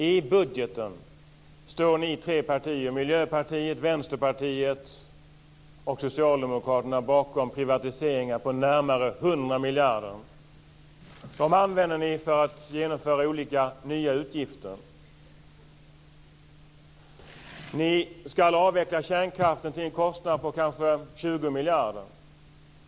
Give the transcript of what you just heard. I budgeten står ni tre partier - bakom privatiseringar på närmare 100 miljarder. De använder ni för att genomföra olika nya utgifter. Ni ska avveckla kärnkraften till en kostnad på kanske 20 miljarder.